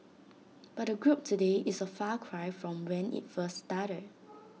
but the group today is A far cry from when IT first started